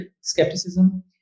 skepticism